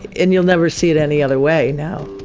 and you'll never see it any other way now